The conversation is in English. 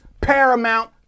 paramount